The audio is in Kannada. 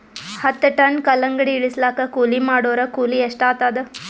ಹತ್ತ ಟನ್ ಕಲ್ಲಂಗಡಿ ಇಳಿಸಲಾಕ ಕೂಲಿ ಮಾಡೊರ ಕೂಲಿ ಎಷ್ಟಾತಾದ?